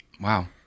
Wow